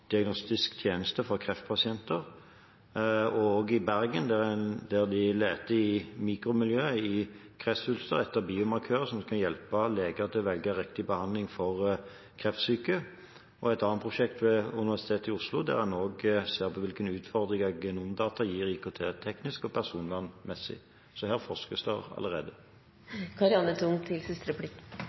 diagnostisk tjeneste for kreftpasienter. I Bergen er det et prosjekt der de ser i mikromiljøet i kreftsvulster etter biomarkører som skal hjelpe leger til å velge riktig behandling for kreftsyke, og et annet prosjekt ved Universitetet i Oslo der en ser på hvilke utfordringer genomdata gir IKT-teknisk og personvernmessig. Så her forskes